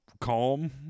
calm